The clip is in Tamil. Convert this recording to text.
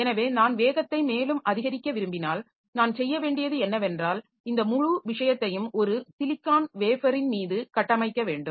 எனவே நான் வேகத்தை மேலும் அதிகரிக்க விரும்பினால் நான் செய்ய வேண்டியது என்னவென்றால் இந்த முழு விஷயத்தையும் ஒரு சிலிக்கான் வேஃபரின் மீது கட்டமைக்க வேண்டும்